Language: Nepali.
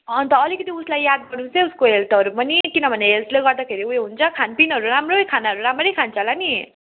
अन्त अलिकति उसलाई याद गर्नुहोस् है उसको हेल्थहरू पनि किनभने हेल्थले गर्दाखेरि उयो हुन्छ खानपिनहरू राम्रै खानाहरू राम्रै खान्छ होला नि